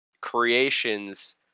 creations